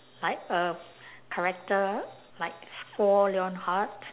like a character like lionheart